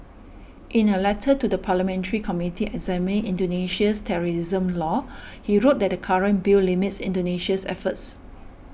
in a letter to the parliamentary committee examining Indonesia's terrorism laws he wrote that the current bill limits Indonesia's efforts